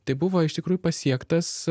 tai buvo iš tikrųjų pasiektas